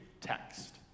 text